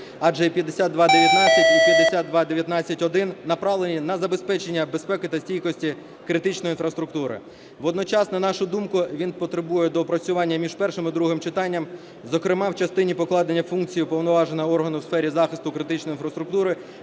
адже і 5219, і 5219-1 направлені на забезпечення безпеки та стійкості критичної інфраструктури. Водночас, на нашу думку, він потребує доопрацювання між першим і другим читанням, зокрема, в частині покладення функцій уповноваженого органу в сфері захисту критичної інфраструктури